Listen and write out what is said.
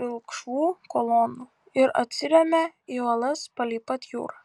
pilkšvų kolonų ir atsirėmė į uolas palei pat jūrą